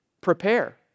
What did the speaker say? prepare